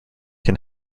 can